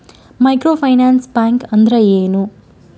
Micro finance bank ಅಂದ್ರ ಏನು?